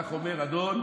כך אומר אדון,